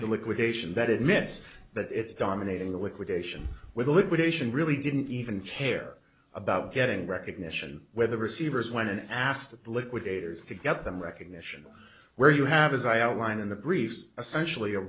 liquidation that admits that it's dominating the liquidation with liquidation really didn't even care about getting recognition whether receivers when asked liquidators to get them recognition where you have as i outlined in the briefs essentially a